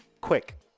quick